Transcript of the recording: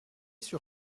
sur